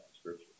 Scripture